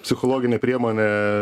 psichologinė priemonė